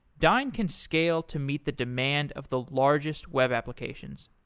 dyn can scale to meet the demand of the largest web applications.